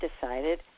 decided